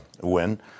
win